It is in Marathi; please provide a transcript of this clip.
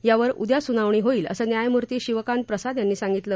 यावर उद्या सुनावणी होईल असं न्यायमूर्ती शिवकांत प्रसाद यांनी सांगितलं